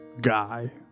guy